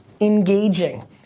engaging